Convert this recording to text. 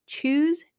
Choose